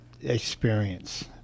experience